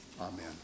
Amen